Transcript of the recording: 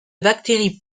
bactéries